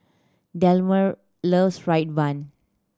Delmer loves fried bun